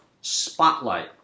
Spotlight